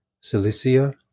Cilicia